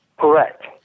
Correct